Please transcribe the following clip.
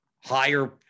higher